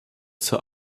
zur